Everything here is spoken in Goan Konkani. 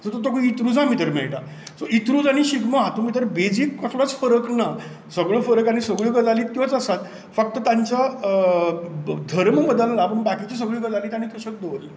ते तुका इंत्रुजा भितर मेळटा सो इंत्रुज आनी शिगमो हातूंत भितर बेजीक कसलोच फरक ना सगळो फरक आनी सगळ्यो गजाली त्योच आसात फक्त तांचो धर्म बदल्ला पूण बाकिच्यो सगळ्यो गजाली तांणी तश्योच दवरल्यात